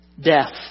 Death